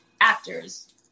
actors